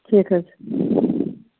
ٹھیٖک حظ چھُ